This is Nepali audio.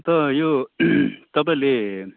अन्त यो तपाईँहरूले